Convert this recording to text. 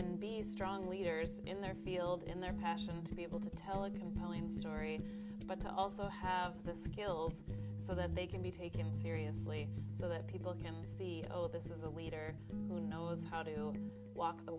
and be strong leaders in their field in their passion to be able to tell a compelling story but to also have the skills so that they can be taken seriously so that people can see oh this is a leader who knows how to walk the